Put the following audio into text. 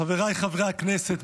חבריי חברי הכנסת,